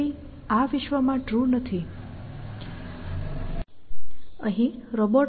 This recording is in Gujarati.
Holding આ વિશ્વમાં ટ્રુ નથી તમે C પકડી રહ્યા છો